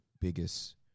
biggest